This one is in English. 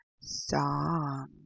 song